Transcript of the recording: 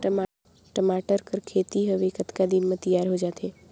टमाटर कर खेती हवे कतका दिन म तियार हो जाथे?